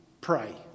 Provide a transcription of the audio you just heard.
Pray